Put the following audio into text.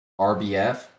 RBF